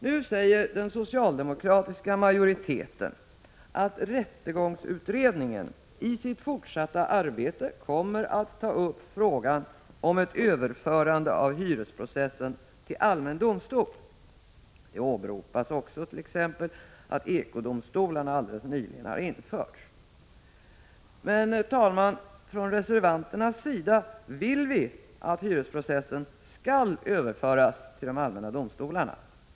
Nu säger den socialdemokratiska majoriteten, att rättegångsutredningen i sitt fortsatta arbete kommer att ta upp frågan om ett överförande av hyresprocessen till allmän domstol. Det åberopas också attt.ex. ekodomstolarna nyligen införts. Men, herr talman, från reservanternas sida vill vi att hyresprocessen skall överföras till de allmänna domstolarna.